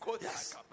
Yes